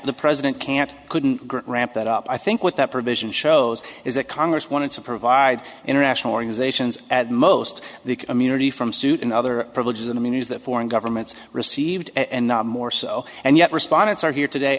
the president can't couldn't grant ramp that up i think what that provision shows is that congress wanted to provide international organizations at most the immunity from suit and other privileges and immunities that foreign governments received and not more so and yet respondents are here today